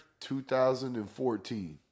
2014